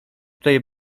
tutaj